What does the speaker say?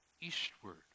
eastward